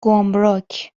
گمرک